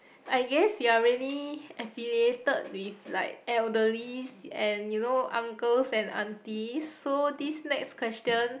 I guess you're really affiliated with like elderlies and you know uncles and aunties so this next question